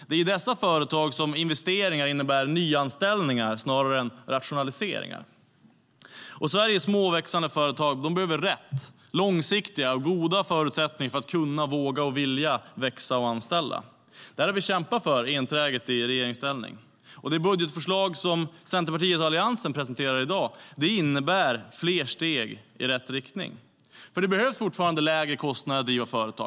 Det är i dessa företag som investeringar innebär nyanställningar snarare än rationaliseringar. Sveriges små och växande företag behöver ha riktiga, långsiktiga och goda förutsättningar för att kunna, våga och vilja växa och anställa. Detta har vi kämpat för enträget i regeringsställning. Det budgetförslag som Centerpartiet och Alliansen presenterar i dag innebär fler steg i rätt riktning. Det behövs fortfarande lägre kostnader för att driva företag.